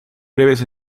breves